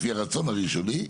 לפי הרצון הראשוני,